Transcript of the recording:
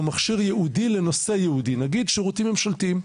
הוא מכשיר ייעודי לנושא ייעודי לדוגמה שירותים ממשלתיים,